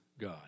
God